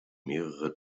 mehrere